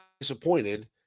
disappointed